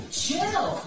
chill